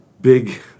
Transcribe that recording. big